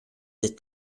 des